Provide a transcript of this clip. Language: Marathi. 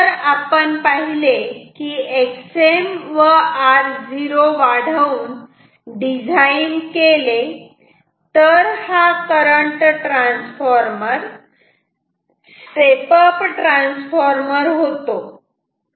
त्यानंतर आपण पाहिले की Xm व R0 वाढवून डिझाईन केले तर करंट ट्रान्सफॉर्मर हा स्टेप अप ट्रान्सफॉर्मर होतो